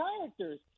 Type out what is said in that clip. characters